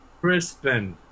Crispin